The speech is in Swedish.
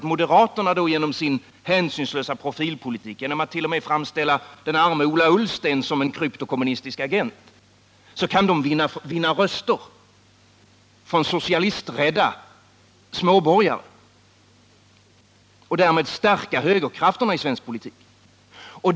Moderaterna kan genom sin hänsynslösa profilpolitik — genom att t.o.m. framställa den arme Ola Ullsten som en kryptokommunistisk agent — vinna röster från socialisträdda småborgare och därmed stärka högerkrafterna i svensk politik.